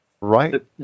right